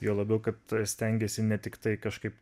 juo labiau kad stengiesi ne tiktai kažkaip